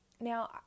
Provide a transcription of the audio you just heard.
Now